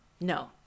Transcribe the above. no